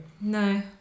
no